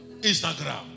Instagram